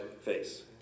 face